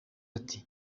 ati